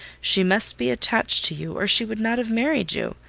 she must be attached to you, or she would not have married you.